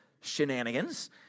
shenanigans